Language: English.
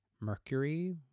Mercury